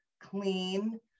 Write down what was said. clean